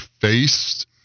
faced